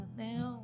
now